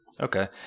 Okay